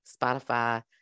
Spotify